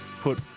put